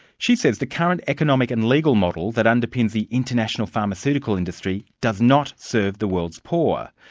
she says the current economic and legal model that underpins the international pharmaceutical industry does not serve the world's poor.